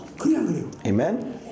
Amen